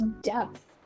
depth